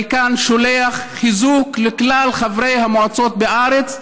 אני מכאן שולח חיזוק לכלל חברי המועצות בארץ,